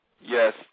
Yes